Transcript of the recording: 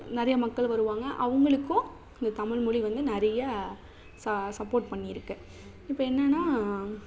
நிறைய மக்கள் வருவாங்க அவங்ளுக்கும் இந்த தமிழ்மொலி வந்து நிறைய ச சப்போர்ட் பண்ணி இருக்குது இப்போ என்னென்னா